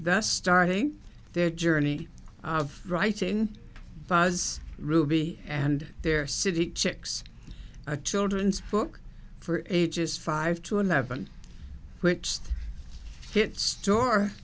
thus starting their journey of writing buzz ruby and their city chicks a children's book for ages five to eleven which hit store